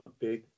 big